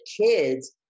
kids